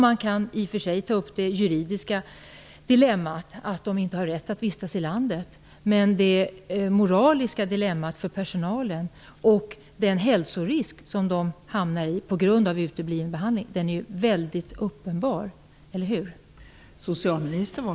Man kan i och för sig se till det juridiska dilemmat, att dessa personer inte har rätt att vistas i landet. Men det moraliska dilemmat för personalen är väldigt uppenbart liksom den hälsorisk som personerna utsätts för på grund av utebliven behandling. Eller hur?